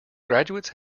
graduates